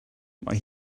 mae